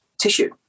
tissue